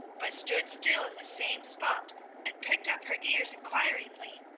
but stood still in the same spot and pricked up her ears inquiringly.